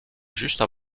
juste